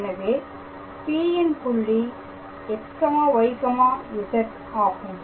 எனவே P ன் புள்ளி xyz ஆகும்